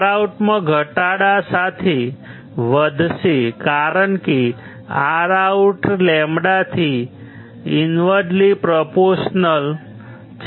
ROUT માં ઘટાડા સાથે વધશે કારણ કે ROUT λ થી ઈન્વર્જલી પ્રોપોરશનલ છે